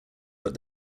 but